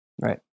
right